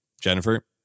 Jennifer